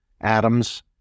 Adams